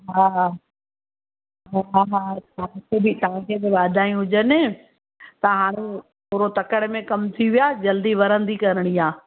हा हा हा हा हा तव्हांखे बि तव्हांखे बि वाधायूं हुजनि त हाणे थोरो तकड़ि में कमु थी वियो आहे जल्दी वरंदी करिणी आहे